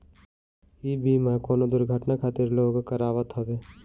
इ बीमा कवनो दुर्घटना खातिर लोग करावत हवे